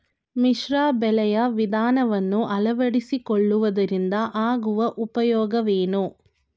ಮಿಶ್ರ ಬೆಳೆಯ ವಿಧಾನವನ್ನು ಆಳವಡಿಸಿಕೊಳ್ಳುವುದರಿಂದ ಆಗುವ ಉಪಯೋಗವೇನು?